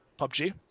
PUBG